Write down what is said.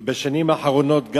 בשנים האחרונות,